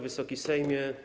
Wysoki Sejmie!